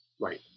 Right